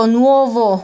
nuovo